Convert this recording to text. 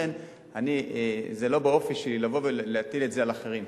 לכן, זה לא באופי שלי לבוא ולהטיל את זה על אחרים.